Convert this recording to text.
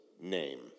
name